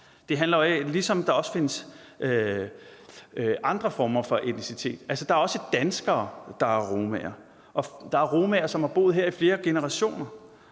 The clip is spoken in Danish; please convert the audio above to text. vi snakker om, ligesom der også findes andre former for etnicitet. Altså, der er også danskere, der er romaer, og der er romaer, der har boet her i flere generationer.